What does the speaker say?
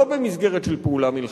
לא במסגרת של פעולה מלחמתית,